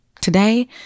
Today